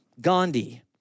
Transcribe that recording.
Gandhi